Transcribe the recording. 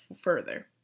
further